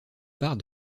part